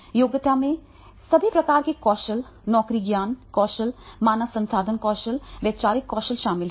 योग्यता में सभी प्रकार के कौशल नौकरी ज्ञान कौशल मानव संसाधन कौशल वैचारिक कौशल शामिल हैं